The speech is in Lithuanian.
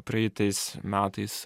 praitais metais